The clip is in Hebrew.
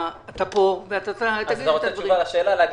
אתה רוצה תשובה לשאלה.